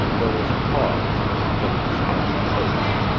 there was a pause and then a storm of oaths.